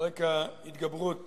על רקע התגברות